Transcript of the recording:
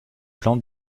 plans